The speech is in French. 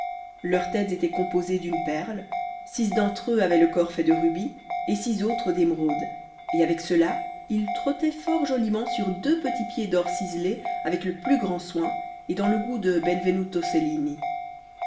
leurs têtes étaient composées d'une perle six d'entre eux avaient le corps fait de rubis et six autres d'émeraudes et avec cela ils trottaient fort joliment sur deux petits pieds d'or ciselés avec le plus grand soin et dans le goût de